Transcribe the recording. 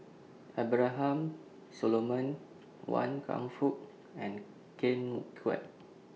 Abraham Solomon Wan Kam Fook and Ken Kwek